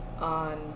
on